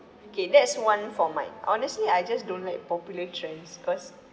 okay that's one for mine honestly I just don't like popular trends cause